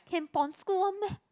can pon school one meh